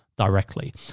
directly